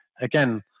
again